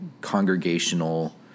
congregational